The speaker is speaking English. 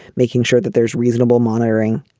making sure that there's reasonable monitoring.